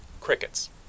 Crickets